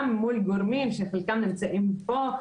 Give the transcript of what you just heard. גם מול גורמים שחלקם נמצאים פה.